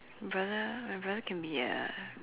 brother my brother can be a